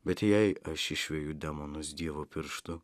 bet jei aš išveju demonus dievo pirštu